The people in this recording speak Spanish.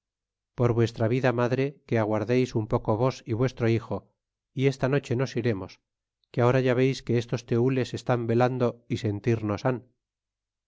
por vuestra vida madre que aguardeis un poco vos y vuestro hijo y esta noche nos iremos que ahora ya veis que estos tenles están velando y sentirnos